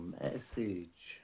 message